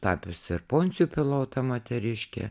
tapiusi ir poncijų pilotą moteriškę